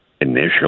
initially